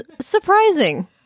surprising